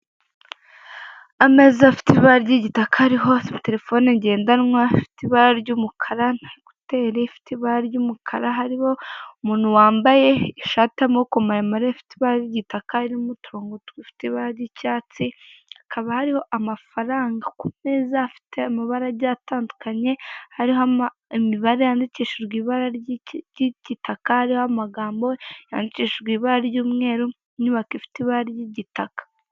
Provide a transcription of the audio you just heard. Ameza afite ibara ry'igitaka ariho terefone ngendanwa ifite ibara ry'umukara, na ekuteri ifite ibara ry'umukara hariho umuntu wambaye ishati y'amaboko maremare ifite ibara ry'igitaka irimo uturonko dufite ibara ry'icyatsi, hakaba hariho amafaranga ku meza afite amabara agiye atandukanye, hariho imibare yandikishije ibara ry'igitaka hariho amagambo yandikishijwe ibara ry'umweru inyubako ifite ibara ry'igitaka.